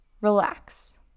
relax